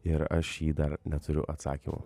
ir aš jį dar neturiu atsakymo